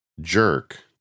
jerk